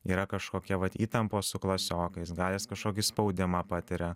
yra kažkokia vat įtampos su klasiokais gal jis kažkokį spaudimą patiria